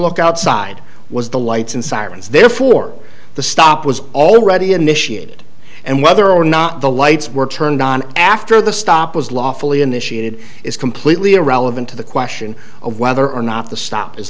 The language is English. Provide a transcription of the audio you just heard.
look outside was the lights and sirens therefore the stop was already initiated and whether or not the lights were turned on after the stop was lawfully initiated is completely irrelevant to the question of whether or not the stop